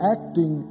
acting